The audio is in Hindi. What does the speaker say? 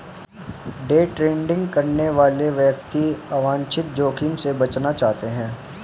डे ट्रेडिंग करने वाले व्यक्ति अवांछित जोखिम से बचना चाहते हैं